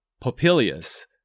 Popilius